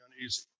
uneasy